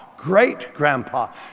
great-grandpa